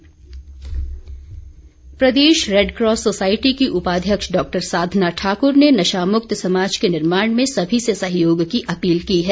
साधना ठाकुर प्रदेश Red Cross Society की उपाध्यक्ष डॉक्टर साधना ठाकुर ने नशा मुक्त समाज के निर्माण में सभी से सहयोग की अपील की है